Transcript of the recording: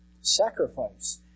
Sacrifice